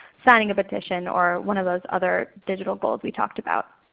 signing a petition, or one of those other digital goals we talked about